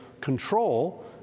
control